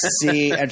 See